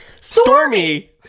Stormy